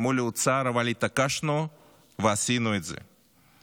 מול האוצר, אבל התעקשנו ועשינו את זה.